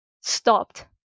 stopped